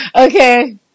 Okay